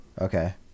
okay